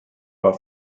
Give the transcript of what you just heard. war